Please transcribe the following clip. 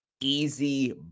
easy